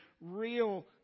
real